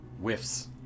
Whiffs